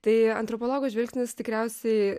tai antropologo žvilgsnis tikriausiai